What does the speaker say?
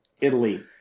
Italy